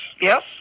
Yes